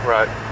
Right